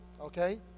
okay